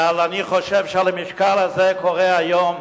ואני חושב שעל המשקל הזה קורה היום: